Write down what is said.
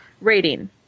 Rating